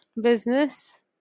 business